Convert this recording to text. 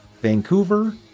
Vancouver